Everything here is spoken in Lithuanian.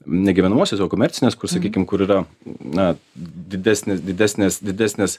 ne gyvenamuosius o komercines kur sakykim kur yra na didesnės didesnės didesnės